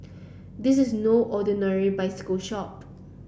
this is no ordinary bicycle shop